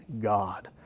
God